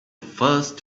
first